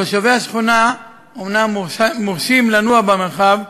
תושבי השכונה אומנם מורשים לנוע במרחב,